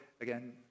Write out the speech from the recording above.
again